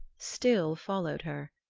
still followed her.